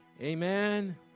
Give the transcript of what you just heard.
Amen